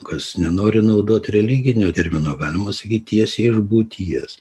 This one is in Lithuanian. kas nenori naudot religinio termino galima sakyt tiesiai iš būties